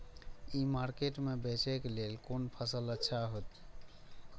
ई market में बेचेक लेल कोन फसल अच्छा होयत?